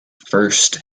first